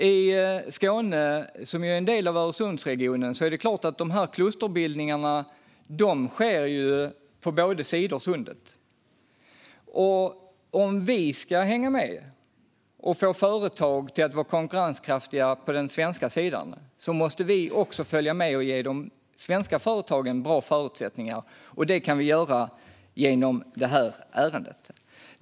I Skåne, som ju är en del av Öresundsregionen, sker såklart klusterbildningarna på båda sidor av Sundet. Om vi ska vara med och få företagen konkurrenskraftiga på den svenska sidan måste vi också följa med och ge de svenska företagen bra förutsättningar. Det kan vi göra genom detta ärende.